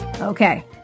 Okay